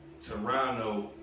Toronto